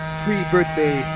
pre-birthday